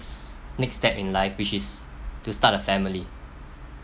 next next step in life which is to start a family